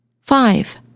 Five